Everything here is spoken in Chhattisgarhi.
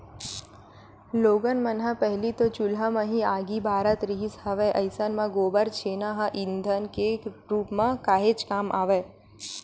लोगन मन ह पहिली तो चूल्हा म ही आगी बारत रिहिस हवय अइसन म गोबर छेना ह ईधन के रुप म काहेच काम आवय